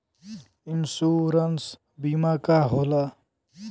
Insurance बीमा का होला?